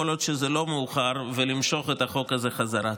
עוד זה לא מאוחר ולמשוך את החוק הזה חזרה.